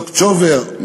סוצקבר,